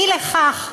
אי לכך,